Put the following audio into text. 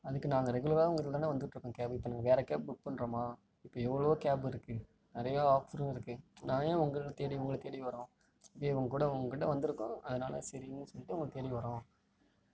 அதுக்கு நாங்கள் ரெகுலராக உங்கக்கிட்டே தானே வந்துட்டுருக்கோம் கேபு இப்போ நாங்கள் வேறு கேப் புக் பண்ணுறோமா இப்போ எவ்வளோ கேபிருக்கு நிறையா ஆஃபரும் இருக்குது நான் ஏன் உங்களை தேடி உங்களை தேடி வர்றோம் உங்கக்கூட உங்கள் கிட்டே வந்திருக்கோம் அதனால் செரின்னு சொல்லிவிட்டு உங்கள தேடி வர்றோம்